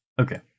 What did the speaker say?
Okay